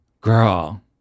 girl